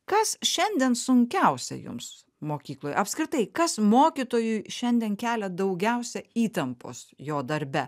kas šiandien sunkiausia jums mokykloj apskritai kas mokytojui šiandien kelia daugiausia įtampos jo darbe